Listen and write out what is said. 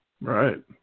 Right